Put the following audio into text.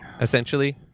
essentially